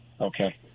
Okay